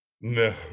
No